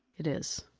it is,